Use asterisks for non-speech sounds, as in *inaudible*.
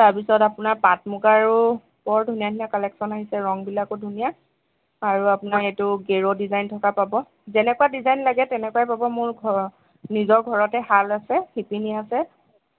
তাৰ পিছত আপোনাৰ পাট মুগাৰো বৰ ধুনীয়া ধুনীয়া কালেকচন আহিছে ৰং বিলাকো ধুনীয়া আৰু আপোনাৰ এইটো গেৰৌ ডিজাইন থকা পাব যেনেকুৱা ডিজাইন লাগে তেনেকুৱাই পাব মোৰ *unintelligible* নিজৰ ঘৰতে শাল আছে শিপিনী আছে